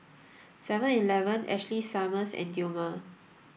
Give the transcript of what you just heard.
seven eleven Ashley Summers and Dilmah